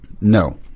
No